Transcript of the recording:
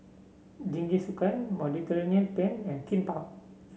Jingisukan Mediterranean Penne and Kimbap